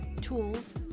tools